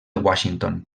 washington